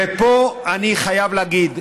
ופה אני חייב להגיד,